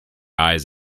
eyes